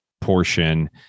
portion